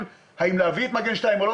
האם להביא את מגן 2 או לא?